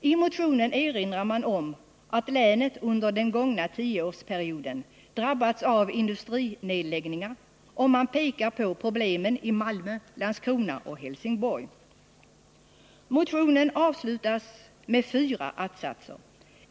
I motionen erinrar man om att länet under den gångna tioårsperioden drabbats av industrinedläggningar, och man pekar på problemen i Malmö, Landskrona och Helsingborg. Motionen avslutas med fyra att-satser.